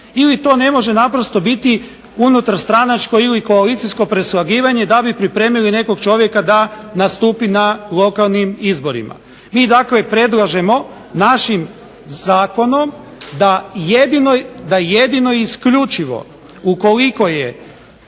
ili to ne može naprosto biti unutar stranačko ili koalicijsko preslagivanje da bi pripremili nekog čovjeka da nastupi na lokalnim izborima. Mi dakle predlažemo našim zakonom da jedino i isključivo ukoliko je